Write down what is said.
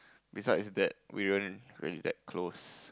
besides that we weren't really that close